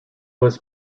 was